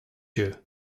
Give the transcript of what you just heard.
you